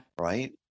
Right